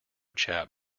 chap